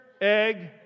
egg